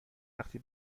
وقتی